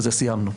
בזה סיימנו,